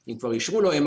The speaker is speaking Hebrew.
אם כבר אישרו MRI